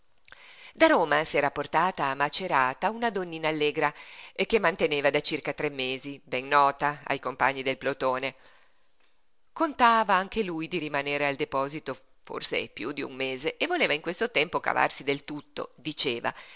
da roma s'era portata a macerata una donnina allegra che manteneva da circa tre mesi ben nota ai compagni del plotone contava anche lui di rimanere al deposito forse piú d'un mese e voleva in questo tempo cavarsi del tutto diceva